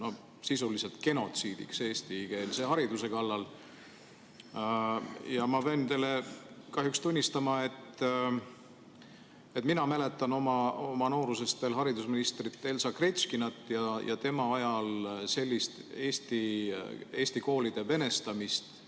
sisuliselt genotsiidiks eestikeelse hariduse kallal. Ma pean teile kahjuks tunnistama, et mina mäletan oma noorusest veel haridusminister Elsa Gretškinat. Tema ajal sellist eesti koolide venestamist